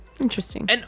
Interesting